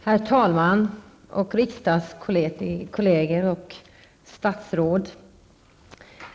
Herr talman, riksdagskolleger och statsråd!